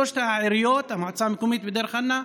שלוש העיריות, מועצה מקומית בדיר חנא,